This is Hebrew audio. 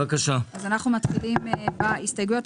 אנחנו מתחילים בהסתייגויות.